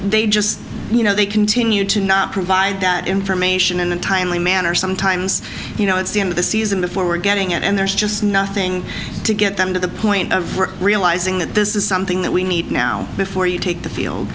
they just you know they continue to not provide that information in a timely manner sometimes you know it's the end of the season before we're getting it and there's just nothing to get them to the point of really realizing that this is something that we need now before you take the field